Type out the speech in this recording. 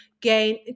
gain